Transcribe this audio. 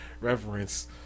reverence